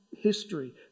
history